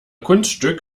kunststück